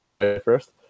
first